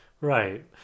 Right